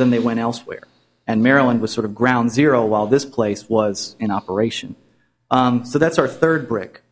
then they went elsewhere and maryland was sort of ground zero while this place was in operation so that's our third brick